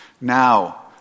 Now